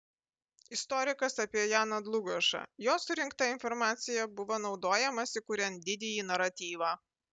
istorikas apie janą dlugošą jo surinkta informacija buvo naudojamasi kuriant didįjį naratyvą